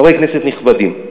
חברי כנסת נכבדים,